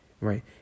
right